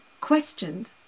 questioned